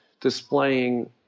displaying